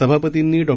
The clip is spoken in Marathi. सभापतींनी डॉ